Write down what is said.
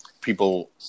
people